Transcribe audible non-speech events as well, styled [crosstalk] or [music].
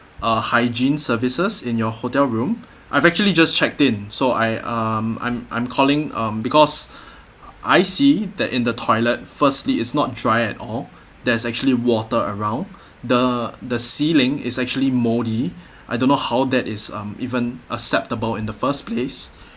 uh hygiene services in your hotel room I've actually just checked in so I um I'm I'm calling um because [breath] I see that in the toilet firstly is not dry at all there's actually water around [breath] the the ceiling is actually mouldy I don't know how that is um even acceptable in the first place [breath]